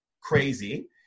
crazy